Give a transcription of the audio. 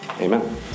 Amen